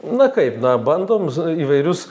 na kaip na bandom įvairius